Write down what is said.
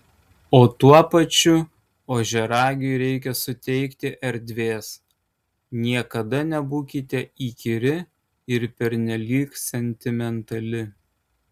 o tuo pačiu ožiaragiui reikia suteikti erdvės niekada nebūkite įkyri ir pernelyg sentimentali